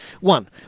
One